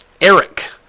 Eric